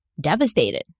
devastated